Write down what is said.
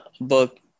Book